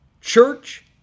church